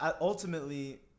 Ultimately